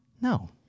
No